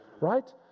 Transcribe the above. right